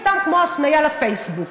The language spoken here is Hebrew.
סתם כמו הפניה לפייסבוק.